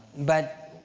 but,